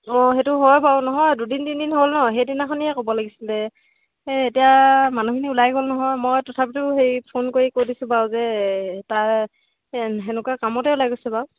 অঁ সেইটো হয় বাৰু নহয় দুদিন তিনিদিন হ'ল ন সেইদিনাখনিয়ে ক'ব লাগিছিলে এই এতিয়া মানুহখিনি ওলাই গ'ল নহয় মই তথাপিতো হেৰি ফোন কৰি কৈ দিছোঁ বাৰু যে তাৰ এই সেনেকুৱা কামতে ওলাই গৈছে বাৰু